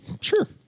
Sure